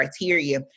criteria